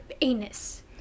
anus